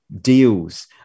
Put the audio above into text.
deals